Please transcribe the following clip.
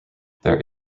there